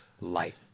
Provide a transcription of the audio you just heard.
Light